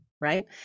right